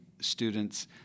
students